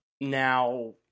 now